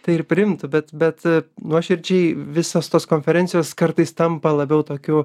tai ir priimtų bet bet nuoširdžiai visos tos konferencijos kartais tampa labiau tokiu